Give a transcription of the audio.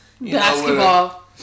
basketball